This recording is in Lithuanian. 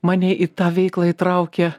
mane į tą veiklą įtraukė